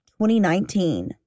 2019